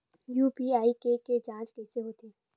UPI के के जांच कइसे होथे?